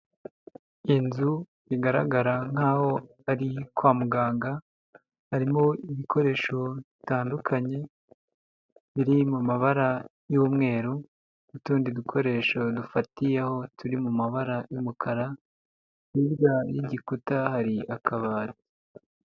Inzu bigaragara nk'aho ari kwa muganga harimo ibikoresho bitandukanye biri mu mabara y'umweru n'utundi dukoresho dufatiyeho turi mu mabara y'umukara, hirya y'igikuta hari akabati.